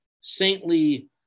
saintly